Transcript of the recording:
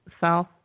South